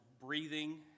breathing